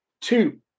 two